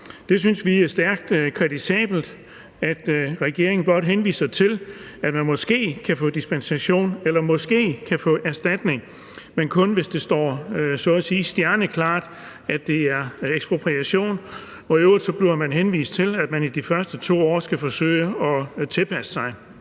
Vi synes, det er stærkt kritisabelt, at regeringen blot henviser til, at man måske kan få dispensation eller måske kan få erstatning, men kun hvis det så at sige står stjerneklart, at det er ekspropriation, og i øvrigt bliver man henvist til, at man i de første 2 år skal forsøge at tilpasse sig.